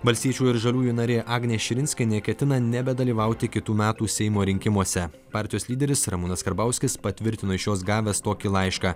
valstiečių ir žaliųjų narė agnė širinskienė ketina nebedalyvauti kitų metų seimo rinkimuose partijos lyderis ramūnas karbauskis patvirtino iš jos gavęs tokį laišką